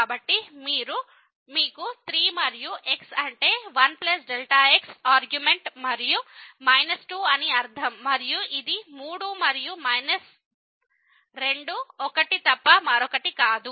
కాబట్టి మీకు 3 మరియు x అంటే 1 Δ x ఆర్గ్యుమెంట్ మరియు మైనస్ 2 అని అర్ధం మరియు ఇది 3 మరియు మైనస్ 2 1 తప్ప మరొకటి కాదు